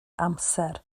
amser